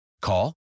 Call